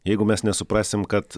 jeigu mes nesuprasim kad